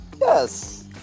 yes